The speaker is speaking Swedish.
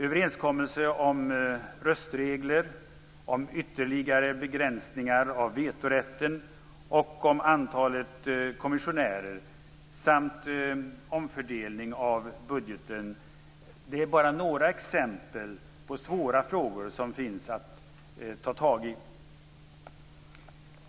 Överenskommelser om röstregler, om ytterligare begränsningar av vetorätten och om antalet kommissionärer samt omfördelning av budgeten är bara några exempel på svåra frågor som finns att ta tag i.